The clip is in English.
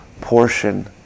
portion